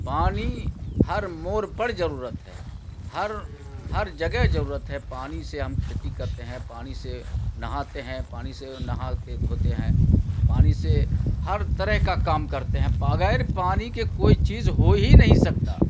پانی ہر موڈ پر ضرورت ہے ہر ہر جگہ ضرورت ہے پانی سے ہم کھیتی کرتے ہیں پانی سے نہاتے ہیں پانی سے نہاتے دھوتے ہیں پانی سے ہر طرح کا کام کرتے ہیں بغیر پانی کے کوئی چیز ہو ہی نہیں سکتا